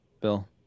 Bill